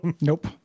nope